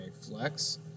flex